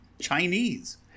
Chinese